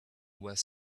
was